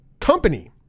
company